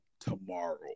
tomorrow